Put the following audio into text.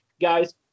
Guys